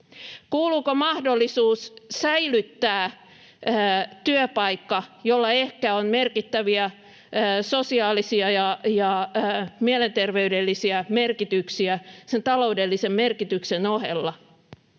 Kuuluuko mahdollisuus säilyttää työpaikka, jolla ehkä on merkittäviä sosiaalisia ja mielenterveydellisiä merkityksiä sen taloudellisen merkityksen ohella?